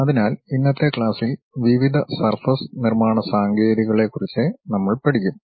അതിനാൽ ഇന്നത്തെ ക്ലാസ്സിൽ വിവിധ സർഫസ് നിർമ്മാണ സാങ്കേതികതകളെക്കുറിച്ച് നമ്മൾ പഠിക്കും